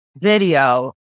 video